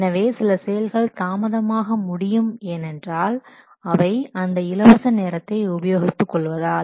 எனவே சில செயல்கள் தாமதமாக முடியும் ஏனென்றால் அவை அந்த இலவச நேரத்தை உபயோகித்துக் கொள்வதால்